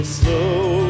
slow